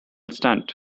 stunt